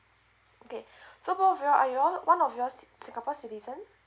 okay so both of you all, are you all one of you singapore citizen